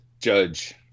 judge